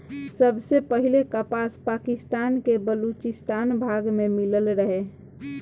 सबसे पहिले कपास पाकिस्तान के बलूचिस्तान भाग में मिलल रहे